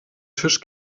tisch